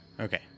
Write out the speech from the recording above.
Okay